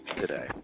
today